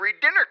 dinner